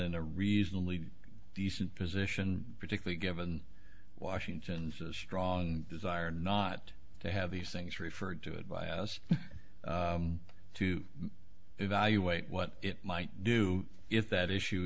in a reasonably decent position particularly given washington's strong desire not to have these things referred to by us to evaluate what it might do if that issue